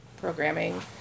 programming